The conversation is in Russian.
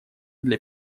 для